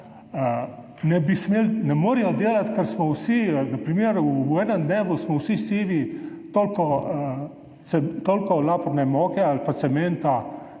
ne morejo delati, ker smo na primer v enem dnevu vsi sivi, toliko laporne moke ali pa cementa